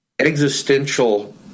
existential